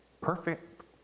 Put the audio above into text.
perfect